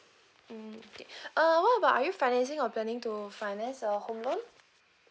mm okay uh what about are you financing or planning to finance a home loan